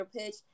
pitch